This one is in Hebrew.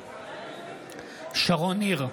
נגד שרון ניר,